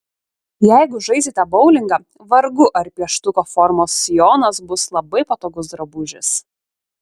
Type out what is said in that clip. jeigu žaisite boulingą vargu ar pieštuko formos sijonas bus labai patogus drabužis